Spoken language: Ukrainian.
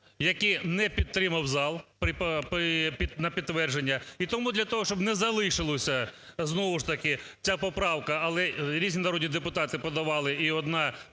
які не підтримав зал на підтвердження. І тому для того, щоб не залишилося, знову ж таки, ця поправка, але різні народні депутати подавали і одна